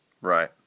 Right